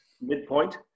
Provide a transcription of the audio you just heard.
midpoint